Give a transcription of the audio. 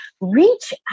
Reach